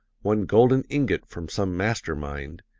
one golden ingot from some master mind,